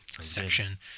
section